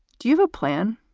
do you have a plan?